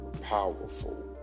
powerful